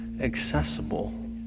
accessible